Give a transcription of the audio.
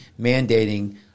mandating